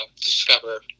discover